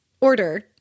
order